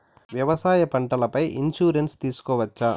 వ్యవసాయ పంటల పై ఇన్సూరెన్సు తీసుకోవచ్చా?